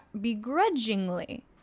begrudgingly